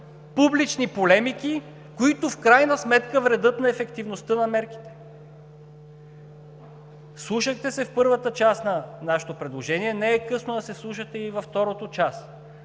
публични полемики, които в крайна сметка вредят на ефективността на мерките. Вслушахте се в първата част на нашето предложение. Не е късно да се вслушате и във второто.